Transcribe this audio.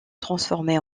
transformé